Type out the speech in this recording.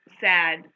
sad